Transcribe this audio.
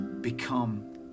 become